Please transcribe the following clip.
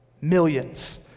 millions